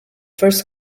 first